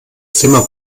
zimmer